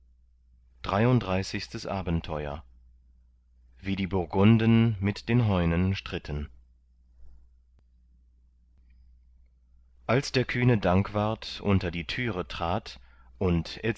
dreiunddreißigstes abenteuer wie die burgunden mit den heunen stritten als der kühne dankwart unter die türe trat und